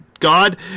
god